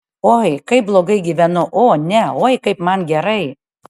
oi kaip blogai gyvenu o ne oi kaip man gerai